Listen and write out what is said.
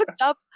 up